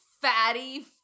fatty